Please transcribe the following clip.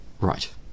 Right